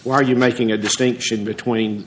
why are you making a distinction between